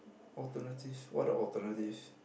alternative what the alternatives